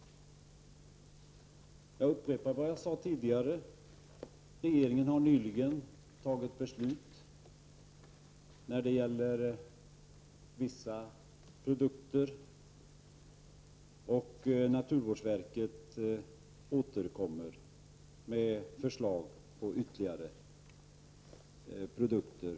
Jag upprepar det jag sade tidigare. Regeringen har nyligen fattat beslut om vissa produkter och naturvårdsverket återkommer med förslag om ytterligare produkter.